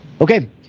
Okay